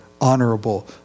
honorable